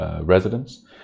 residents